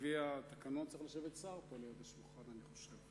לפי התקנון צריך לשבת שר פה ליד השולחן, אני חושב.